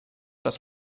das